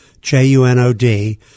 j-u-n-o-d